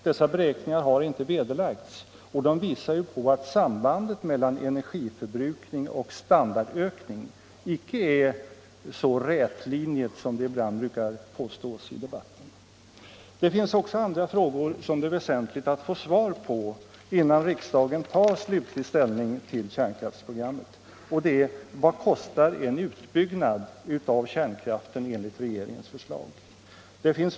Dessa beräkningar har inte vederlagts, och de visar ju att sambandet mellan energiförbrukning och standardökning icke är så rätlinjigt som det ibland påstås i debatten. Det finns också andra frågor som det är väsentligt att få svar på innan riksdagen tar slutlig ställning till kärnkraftsprogrammet. Vad kostar en utbyggnad av kärnkraften enligt regeringens förslag?